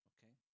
Okay